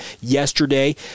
yesterday